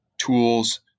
tools